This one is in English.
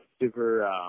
super